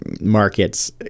markets